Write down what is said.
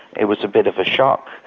it was a bit of a shock.